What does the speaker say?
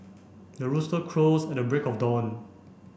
the rooster crows at the break of dawn